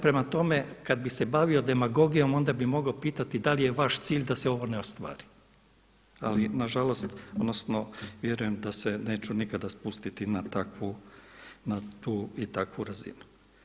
Prema tome, kada bi se bavio demagogijom onda bi mogao pitati da li je vaš cilj da se ovo ne ostvari, ali nažalost odnosno vjerujem da se neću nikada spustiti na tu i takvu razinu.